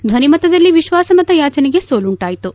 ಧ್ವನಿಮತದಲ್ಲಿ ವಿಶ್ವಾಸಮತ ಯಾಜನೆಗೆ ಸೋಲುಂಟಾಯಿತು